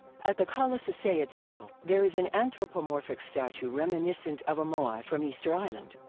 at the kalasasaya temple, there is an anthropomorphic statue reminiscent of a moai from easter island.